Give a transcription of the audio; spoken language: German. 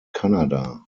kanada